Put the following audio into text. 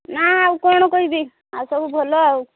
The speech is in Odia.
ନା ଆଉ କ'ଣ କହିବି ଆଉ ସବୁ ଭଲ ଆଉ